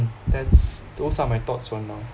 that's those are my thoughts for now